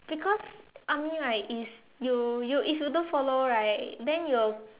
because army right is you you if you don't follow right then you'll